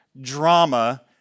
drama